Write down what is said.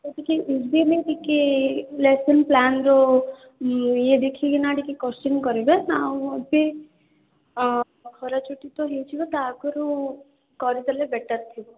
ଏତିକି ଇଜିଲି ଟିକିଏ ଲେସନ୍ସ୍ ପ୍ଳାନ୍ର ଇଏ ଇଏ ଦେଖିକି ନା ଟିକେ କୋଶ୍ଚିନ୍ କରିବେ ନା ଆଉ ଏବେ ଖରା ଛୁଟି ତ ହେଇଯିବ ତା ଆଗରୁ କରିଦେଲେ ବେଟର୍ ଥିବ